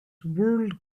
world